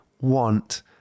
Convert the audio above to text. want